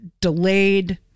delayed